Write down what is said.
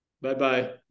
Bye-bye